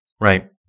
Right